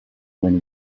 when